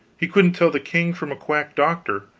he couldn't tell the king from a quack doctor,